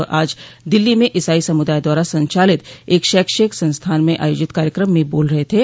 वह आज दिल्ली में ईसाई समुदाय द्वारा संचालित एक शैक्षिक संस्थान में आयोजित कार्यक्रम में बोल रहे थे